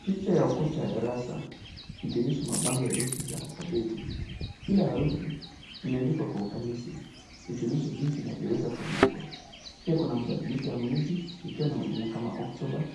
Picha ya ukuta ya darasa ikionyesha mabango ya herufi za alfabeti. Kila herufi imeandikwa kwa ufanisi ikionyesha jinsi inavyoweza kuandikwa. Pia kuna mabadiliko ya miezi ikiwa na majina kama Oktoba,